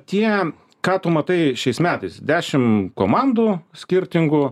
tie ką tu matai šiais metais dešim komandų skirtingų